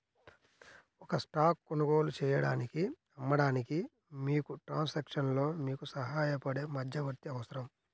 ఒక స్టాక్ కొనుగోలు చేయడానికి, అమ్మడానికి, మీకు ట్రాన్సాక్షన్లో మీకు సహాయపడే మధ్యవర్తి అవసరం